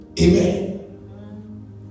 Amen